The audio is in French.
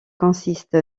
consiste